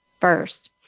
first